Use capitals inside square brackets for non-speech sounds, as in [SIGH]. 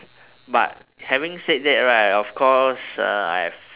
[BREATH] but having said that right of course uh I've